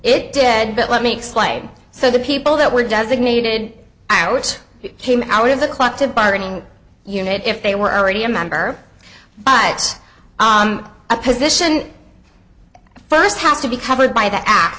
it did but let me explain so the people that were designated iow it came out of the collective bargaining unit if they were already a member but a position first has to be covered by the act